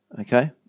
Okay